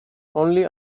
only